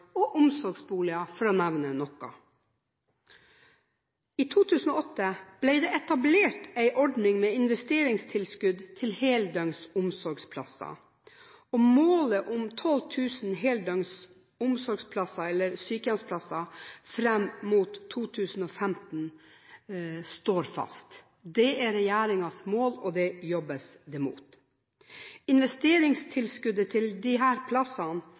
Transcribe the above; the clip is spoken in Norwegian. og omsorgsboliger, for å nevne noe. I 2008 ble det etablert en ordning med investeringstilskudd til heldøgns omsorgsplasser, og målet om 12 000 heldøgns omsorgsplasser eller sykehjemsplasser fram mot 2015 står fast. Det er regjeringens mål, og det jobbes det mot. Investeringstilskuddet til disse plassene